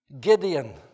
Gideon